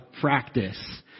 practice